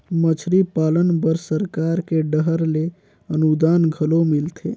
मछरी पालन बर सरकार के डहर ले अनुदान घलो मिलथे